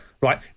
right